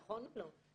נכון או לא?